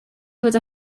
fod